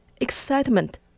Excitement